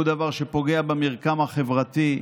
הוא דבר שפוגע במרקם החברתי,